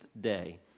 day